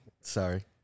Sorry